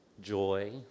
joy